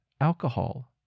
alcohol